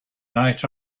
night